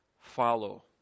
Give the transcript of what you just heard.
follow